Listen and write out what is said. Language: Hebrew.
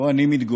שבו אני מתגורר,